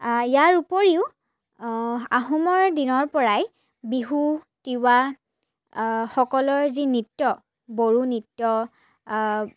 ইয়াৰ উপৰিও আহোমৰ দিনৰ পৰাই বিহু তিৱা সকলৰ যি নৃত্য বড়ো নৃত্য